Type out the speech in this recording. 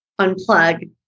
unplug